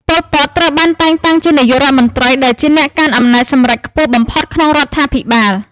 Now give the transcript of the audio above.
ប៉ុល ពត ត្រូវបានតែងតាំងជានាយករដ្ឋមន្ត្រី ដែលជាអ្នកកាន់អំណាចសម្រេចខ្ពស់បំផុតក្នុងរដ្ឋាភិបាល។